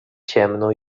ciemno